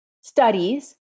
studies